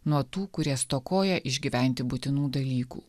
nuo tų kurie stokoja išgyventi būtinų dalykų